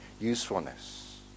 usefulness